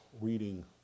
reading